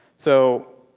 so,